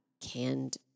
canned